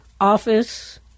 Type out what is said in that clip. office